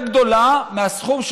אבל מה החוק הזה